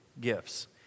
gifts